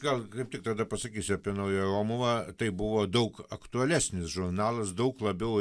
gal kaip tik tada pasakysiu apie naująją romuvą tai buvo daug aktualesnis žurnalas daug labiau